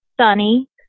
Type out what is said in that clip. sunny